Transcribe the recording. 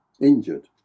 injured